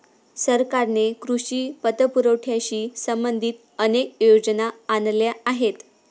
सरकारने कृषी पतपुरवठ्याशी संबंधित अनेक योजना आणल्या आहेत